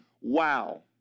wow